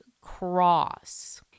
cross